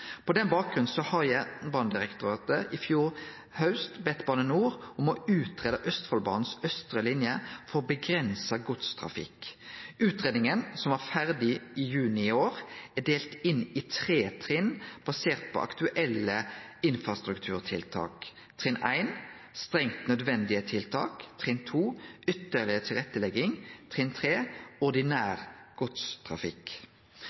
i fjor haust Bane NOR om å greie ut Østfoldbanen si austre linje for avgrensa godstrafikk. Utgreiinga, som blei ferdig i juni i år, er delt inn i tre trinn, basert på aktuelle infrastrukturtiltak: trinn 1: strengt nødvendige tiltak trinn 2: ytterlegare tilrettelegging trinn